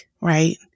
right